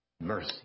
Mercy